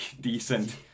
decent